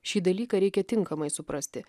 šį dalyką reikia tinkamai suprasti